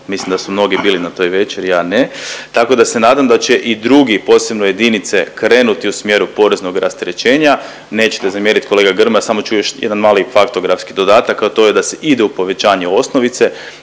Mislim da su mnogi bili na toj večeri, ja ne. Tako da se nadam da će i drugi posebno jedinice krenuti u smjeru poreznog rasterećenja. Nećete zamjerit kolega Grmoja samo ću još jedan mali faktografski dodatak, a to je da se ide u povećanje osnovice